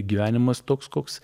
gyvenimas toks koks